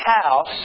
house